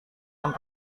yang